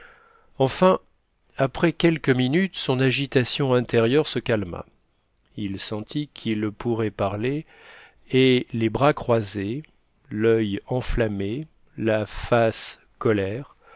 enfin après quelques minutes son agitation intérieure se calma il sentit qu'il pourrait parler et les bras croisés l'oeil enflammé la face colère